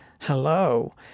Hello